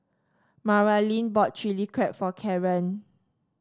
Maralyn bought Chilli Crab for Caren